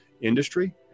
industry